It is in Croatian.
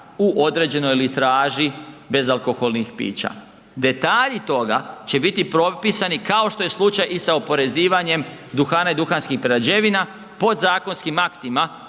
u određenoj litraži bezalkoholnih pića, detalji toga će biti propisani kao što je slučaj i sa oporezivanjem duhana i duhanskih prerađevina, podzakonskim aktima,